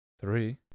Three